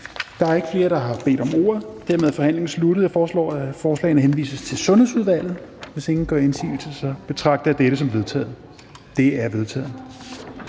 Der er ikke flere, der har bedt om ordet, og dermed er forhandlingen sluttet. Jeg foreslår, at forslagene til folketingsbeslutning henvises til Sundhedsudvalget. Hvis ingen gør indsigelse, betragter jeg dette som vedtaget. Det er vedtaget.